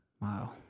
Wow